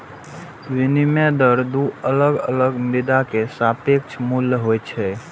विनिमय दर दू अलग अलग मुद्रा के सापेक्ष मूल्य होइ छै